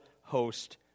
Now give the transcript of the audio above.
host